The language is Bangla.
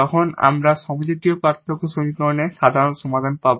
তখন আমরা হোমোজিনিয়াস ডিফারেনশিয়াল সমীকরণে সাধারণ সমাধান পাব